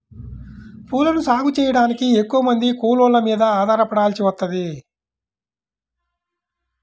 పూలను సాగు చెయ్యడానికి ఎక్కువమంది కూలోళ్ళ మీద ఆధారపడాల్సి వత్తది